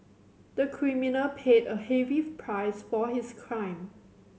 the criminal paid a heavy price for his crime